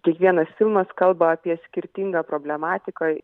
kiekvienas filmas kalba apie skirtingą problematiką